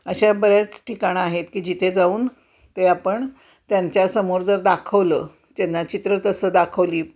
अशा बऱ्याच ठिकाणं आहेत की जिथे जाऊन ते आपण त्यांच्यासमोर जर दाखवलं त्यांना चित्र तसं दाखवली